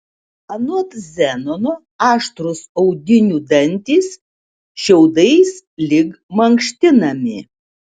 anot zenono aštrūs audinių dantys šiaudais lyg mankštinami